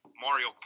Mario